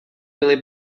byly